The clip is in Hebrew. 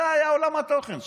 זה היה עולם התוכן שלך,